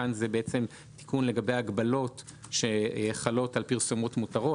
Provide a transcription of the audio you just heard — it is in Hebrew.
כאן זה תיקון לגבי ההגבלות שחלות על פרסומות מותרות.